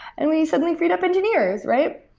and we suddenly freed up engineers, right?